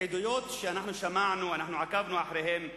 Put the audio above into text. העדויות שאנחנו שמענו, אנחנו עקבנו אחריהן,